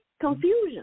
confusion